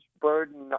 burden